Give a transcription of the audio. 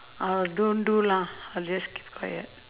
I'll don't do lah I'll just keep quiet